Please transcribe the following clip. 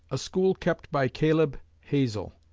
a school kept by caleb hazel,